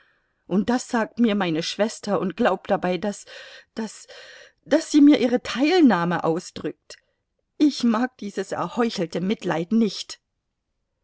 und das sagt mir meine schwester und glaubt dabei daß daß daß sie mir ihre teilnahme ausdrückt ich mag dieses erheuchelte mitleid nicht